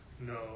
no